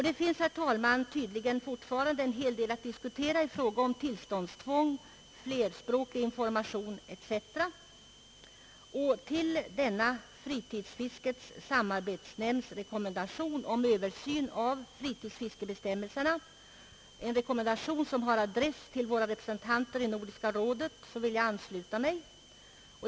Det finns, herr talman, tydligen fortfarande en hel del att diskutera i fråga om tillståndstvång, flerspråkig information etc. Till denna rekommendation från Fritidsfiskets samarbetsnämnd om översyn av fritidsfiskebestämmelserna, en rekommendation som har adress till våra representanter i Nordiska rådet, vill jag ansluta mig.